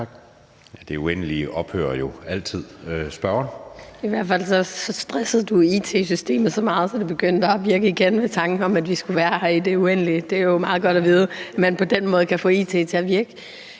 Det uendelige ophører jo altid. Spørgeren. Kl. 13:14 Lea Wermelin (S): I hvert fald stressede du it-systemet så meget, at det begyndte at virke igen ved tanken om, at vi skulle være her i det uendelige. Det er jo meget godt at vide, at man på den måde kan få it til at virke.